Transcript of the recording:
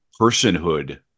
personhood